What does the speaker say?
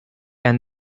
and